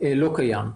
לא קיים.